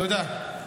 תודה.